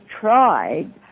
tried